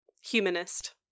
humanist